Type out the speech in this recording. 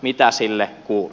mitä sille kuuluu